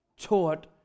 taught